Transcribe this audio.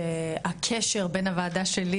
שהקשר בין הוועדה שלי,